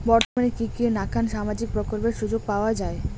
বর্তমানে কি কি নাখান সামাজিক প্রকল্পের সুযোগ পাওয়া যায়?